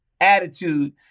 attitude